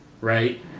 right